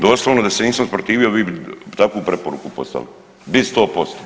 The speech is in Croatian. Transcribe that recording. Doslovno da se nisam usprotivio vi bi takvu preporuku poslali, bi 100%